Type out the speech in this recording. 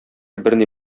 берни